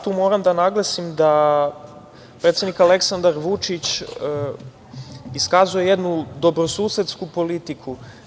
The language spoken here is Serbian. Tu moram da naglasim da predsednik Aleksandar Vučić iskazuje jednu dobrosusedsku politiku.